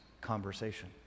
conversation